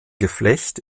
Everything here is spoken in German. geflecht